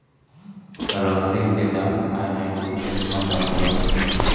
रहरी के दाल खाए में बहुते निमन लागत बाटे